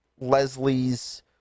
Leslie's